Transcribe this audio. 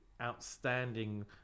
outstanding